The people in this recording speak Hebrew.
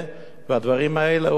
והדברים האלה הועלו.